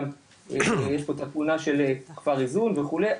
גם יש פה את התמונה של כפר איזון וכו',